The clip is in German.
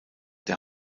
der